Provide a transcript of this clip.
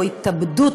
או התאבדות,